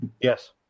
Yes